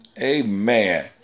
Amen